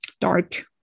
dark